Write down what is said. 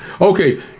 Okay